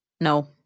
No